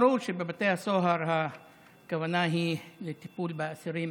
ברור שבבתי הסוהר הכוונה היא לטיפול באסירים